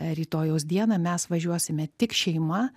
rytojaus dieną mes važiuosime tik šeima